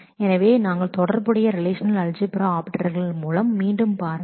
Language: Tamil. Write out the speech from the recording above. எனவே தொடர்புடைய ரிலேஷநல் அல்ஜிபிரா ஆபரேட்டர்கள் மூலம் மீண்டும் பாருங்கள்